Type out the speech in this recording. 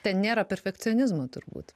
ten nėra perfekcionizmo turbūt